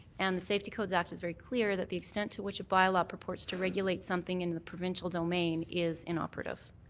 and the safety code act is very clear that the extent to which a bylaw purports to regulate something in the provincial domain is inoperative.